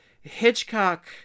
Hitchcock